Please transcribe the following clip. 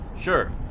Sure